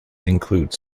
include